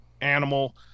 animal